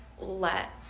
let